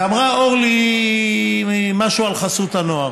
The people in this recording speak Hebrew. אמרה אורלי משהו על חסות הנוער.